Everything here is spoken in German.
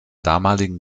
damaligen